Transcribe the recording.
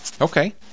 Okay